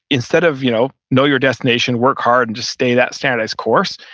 instead of you know know your destination, work hard and just stay that standardize course.